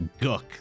gook